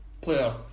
player